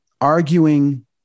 arguing